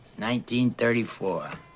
1934